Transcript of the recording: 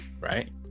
right